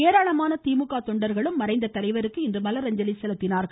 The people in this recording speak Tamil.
ஏராளமான திமுக தொண்டர்களும் மறைந்த தலைவருக்கு இன்று மலரஞ்சலி செலுத்தினா்கள்